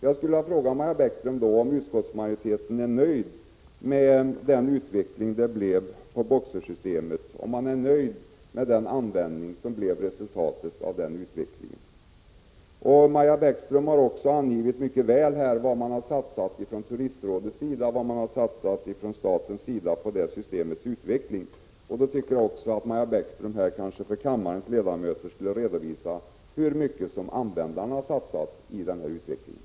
Jag skulle vilja fråga Maja Bäckström om utskottsmajoriteten är nöjd med resultatet av den utveckling som man fick med BOKSER systemet. Maja Bäckström har också angett hur mycket Turistrådet och staten har satsat på detta systems utveckling. Då tycker jag att Maja Bäckström för kammarens ledamöter kan redovisa hur mycket som användarna har satsat på den här utvecklingen.